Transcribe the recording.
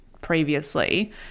previously